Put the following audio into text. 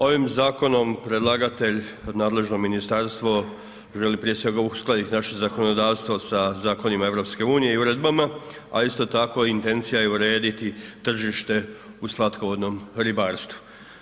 Ovim zakonom predlagatelj i nadležno ministarstvo želi prije svega uskladiti naše zakonodavstvo sa zakonima EU i uredbama, a isto tako i intencija je urediti tržište u slatkovodnom ribarstvu.